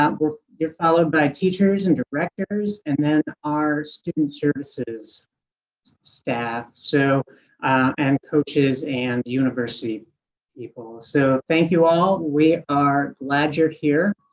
ah your followed by teachers and directors and then our student services staff so an coaches and university people. so thank you all. we are glad you're here.